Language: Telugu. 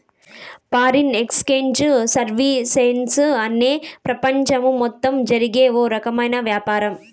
ఫారిన్ ఎక్సేంజ్ సర్వీసెస్ అనేది ప్రపంచం మొత్తం జరిగే ఓ రకమైన వ్యాపారం